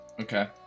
okay